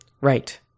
Right